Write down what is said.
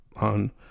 on